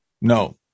No